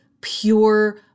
pure